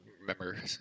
remember